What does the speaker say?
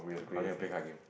oh need to play card game